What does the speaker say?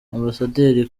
ambassadeur